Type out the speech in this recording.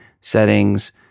settings